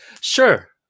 sure